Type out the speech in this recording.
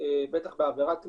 בטח בעבירת מין,